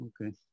okay